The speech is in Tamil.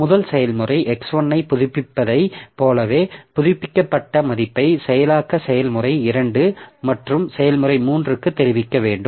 முதல் செயல்முறை x1 ஐப் புதுப்பிப்பதைப் போலவே புதுப்பிக்கப்பட்ட மதிப்பை செயலாக்க செயல்முறை 2 மற்றும் செயல்முறை 3 க்குத் தெரிவிக்க வேண்டும்